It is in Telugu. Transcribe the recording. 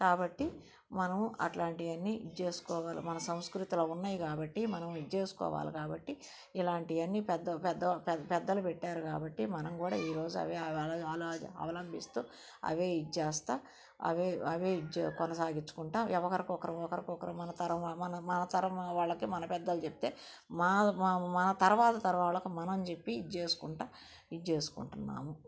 కాబట్టి మనం అట్లాంటివన్నీ ఇది చేసుకోగలము మన సంస్కృతిలో ఉన్నాయి కాబట్టి మనం ఇది చేసుకోవాలి కాబట్టి ఇలాంటివన్నీ పెద్ద పెద్ద పెద్దలు పెట్టారు కాబట్టి మనం కూడా ఈరోజు అవే అవలంబిస్తూ అవే ఇది చేస్తా అవే అవే కొనసాగించుకుంటూ వ్యవహారం ఒకరికి ఒకరము ఒకరికి ఒకరం మన మన తరం మన తరం వాళ్ళకి మన పెద్దలు చెబితే మా మన తరువాత తరం వాళ్ళకి మనం చెప్పి ఇది చేసుకుంటూ ఇది చేసుకుంటున్నాము